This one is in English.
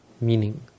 meaning